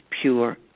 pure